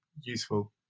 useful